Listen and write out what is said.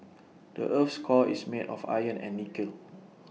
the Earth's core is made of iron and nickel